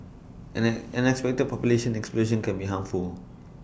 an an unexpected population explosion can be harmful